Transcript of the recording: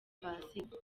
pasika